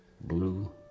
blue